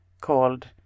called